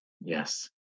Yes